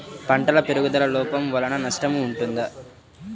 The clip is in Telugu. పంటల పెరుగుదల లోపం వలన నష్టము ఉంటుందా?